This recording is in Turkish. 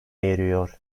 eriyor